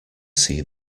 see